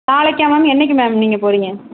நாளைக்கா மேம் என்க்கிறை மேம் நீங்கள் போகிறிங்க